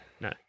no